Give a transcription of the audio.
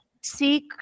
Seek